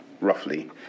roughly